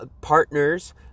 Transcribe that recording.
partners